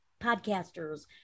podcasters